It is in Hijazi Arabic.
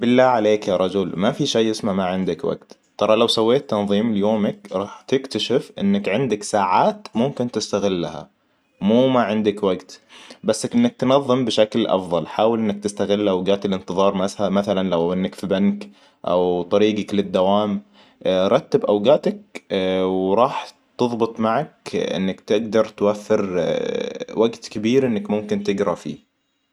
بالله عليك يا رجل ما في شي اسمه ما عندك وقت ترى لو سويت تنظيم ليومك راح تكتشف إنك عندك ساعات ممكن تستغلها مو ما عندك وقت بس إنك تنظم بشكل افضل حاول إنك تستغل الاوقات الانتظار مثلا لو انك في بنك او طريقك للدوام رتب باوقاتك وراح تظبط معك إنك تقدر توفر وقت كبير إنك ممكن تقرا فيه